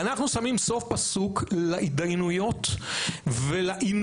ואנחנו שמים סוף פסוק להתדיינויות ולעינויי